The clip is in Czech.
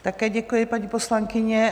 Také děkuji, paní poslankyně.